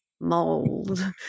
mold